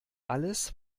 alles